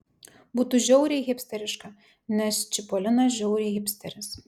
būtų žiauriai hipsteriška nes čipolinas žiauriai hipsteris